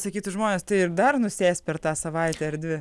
sakytų žmonės tai ir dar nusės per tą savaitę ar dvi